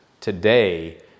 today